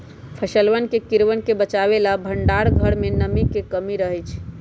फसलवन के कीड़वन से बचावे ला भंडार घर में नमी के कमी रहे के चहि